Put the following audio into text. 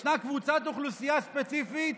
יש קבוצת אוכלוסייה ספציפית